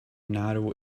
narrow